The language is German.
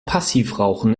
passivrauchen